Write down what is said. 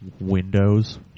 Windows